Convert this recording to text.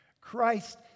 Christ